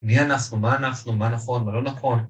מי אנחנו? מה אנחנו? מה נכון ולא נכון?